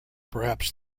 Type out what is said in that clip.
perhaps